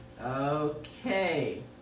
okay